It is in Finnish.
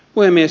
puhemies